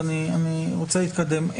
ואני רוצה להתקדם.